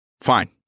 fine